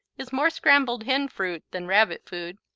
is more scrambled hen fruit than rabbit food,